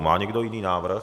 Má někdo jiný návrh?